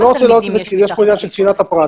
אני לא רוצה להעלות את זה כי יש פה עניין של צנעת הפרט,